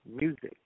music